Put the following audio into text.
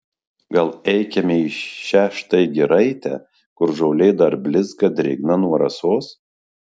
gal eikime į šią štai giraitę kur žolė dar blizga drėgna nuo rasos